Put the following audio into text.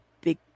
big